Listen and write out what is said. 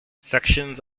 sections